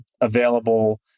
available